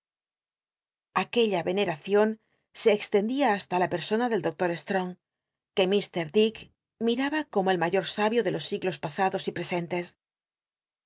aquella veneracion se extendia hasta la persona del docto strong que mr dick miraba como el mayor sabio de los siglos pasados y presentes